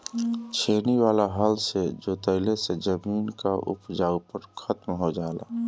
छेनी वाला हल से जोतवईले से जमीन कअ उपजाऊपन खतम हो जाला